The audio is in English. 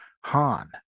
han